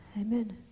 Amen